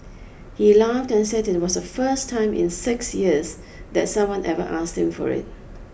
he laughed and said it was the first time in six years that someone ever asked him for it